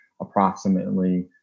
Approximately